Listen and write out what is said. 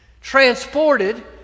transported